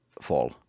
fall